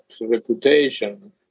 reputation